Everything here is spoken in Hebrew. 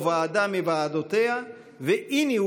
העילה הראשונה שבחוק, ועניינה